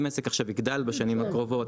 שאם עסק עכשיו יגדל בשנים הקרובות,